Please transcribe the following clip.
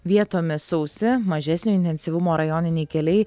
vietomis sausi mažesnio intensyvumo rajoniniai keliai